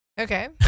Okay